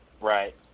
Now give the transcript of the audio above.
Right